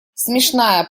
смешная